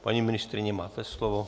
Paní ministryně, máte slovo.